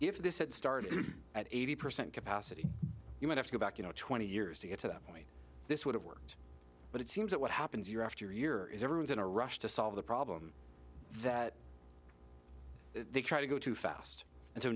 if this had started at eighty percent capacity you would have to go back you know twenty years to get to that point this would have worked but it seems that what happens year after year is everyone's in a rush to solve the problem that they try to go too fast and so